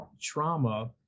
trauma